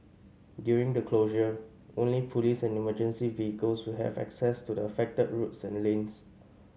during the closure only police and emergency vehicles will have access to the affected roads and lanes